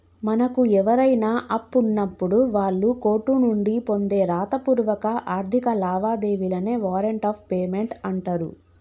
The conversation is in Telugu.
మనకు ఎవరైనా అప్పున్నప్పుడు వాళ్ళు కోర్టు నుండి పొందే రాతపూర్వక ఆర్థిక లావాదేవీలనే వారెంట్ ఆఫ్ పేమెంట్ అంటరు